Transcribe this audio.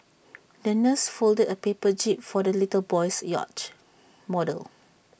the nurse folded A paper jib for the little boy's yacht model